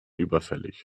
überfällig